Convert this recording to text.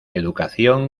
educación